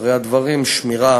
עיקרי הדברים: שמירה